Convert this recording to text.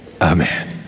Amen